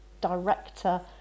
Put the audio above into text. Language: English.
director